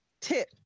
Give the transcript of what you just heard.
tip